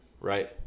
Right